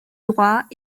droit